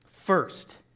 First